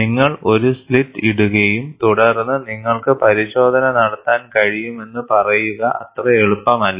നിങ്ങൾ ഒരു സ്ലിറ്റ് ഇടുക യും തുടർന്ന്നിങ്ങൾക്ക് പരിശോധന നടത്താൻ കഴിയുമെന്ന് പറയുക അത്ര എളുപ്പം അല്ല